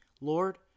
Lord